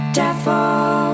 devil